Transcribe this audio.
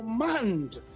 command